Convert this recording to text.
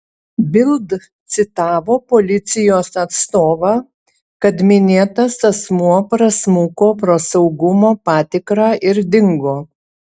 bild citavo policijos atstovą kad minėtas asmuo prasmuko pro saugumo patikrą ir dingo